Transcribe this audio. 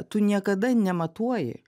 tu niekada nematuoji